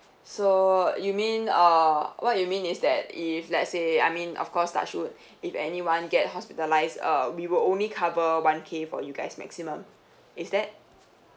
so you mean uh what you mean is that if let's say I mean of course touch wood if anyone get hospitalised uh we will only cover one K for you guys maximum is that